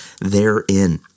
therein